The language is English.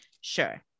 Sure